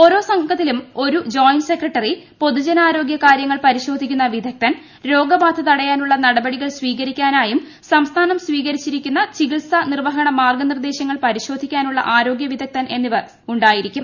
ഓരോ സംഘത്തിലും ഒരു ജോയിന്റ് സെക്രട്ടറി പൊതുജനാരോഗ്യ കാര്യങ്ങൾ പരിശോധിക്കുന്ന വിദഗ്ദ്ധൻ രോഗബാധ തടയാനുള്ള നടപടികൾ സ്വീകരിക്കാനായും സംസ്ഥാനം സ്വീകരിച്ചിരിക്കുന്ന ചികിത്സാനിർവഹണ മാർഗനിർദേശങ്ങൾ പരിശോധിക്കാനുള്ള ആരോഗൃവിദഗ്ധൻ എന്നിവർ സംഘത്തിലുണ്ടാകും